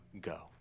go